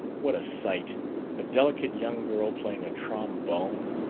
what a sight a delicate young girl playing a trombone!